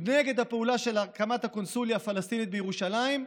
נגד הפעולה של הקמת הקונסוליה הפלסטינית בירושלים,